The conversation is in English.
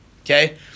Okay